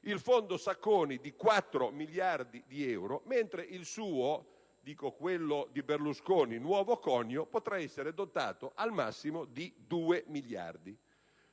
il Fondo Sacconi di 4 miliardi di euro, mentre il suo, il Fondo Berlusconi (nuovo conio), potrà essere dotato, al massimo, di 2 miliardi.